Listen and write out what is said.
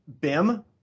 BIM